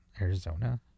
Arizona